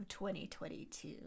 2022